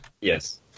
Yes